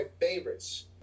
favorites